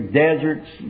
deserts